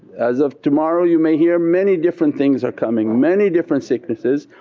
as of tomorrow you may hear many different things are coming many different sicknesses,